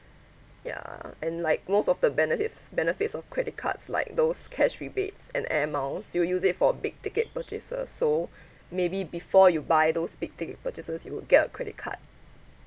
ya and like most of the benefits benefits of credit cards like those cash rebates and air miles you use it for big ticket purchases so maybe before you buy those big ticket purchases you would get a credit card